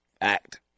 Act